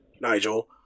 nigel